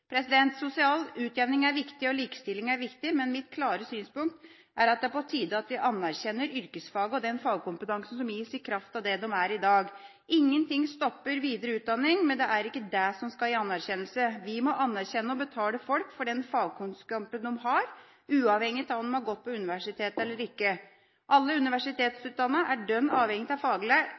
Sosial utjevning er viktig, og likestilling er viktig, men mitt klare synspunkt er at det er på tide at vi anerkjenner yrkesfagene og den fagkompetanse som gis i kraft av det de er i dag. Ingen ting stopper videre utdanning, men det er ikke det som skal gi anerkjennelse. Vi må anerkjenne og betale folk for den fagkunnskapen de har – uavhengig av om de har gått på universitet eller ikke. Alle universitetsutdannede er dønn avhengige av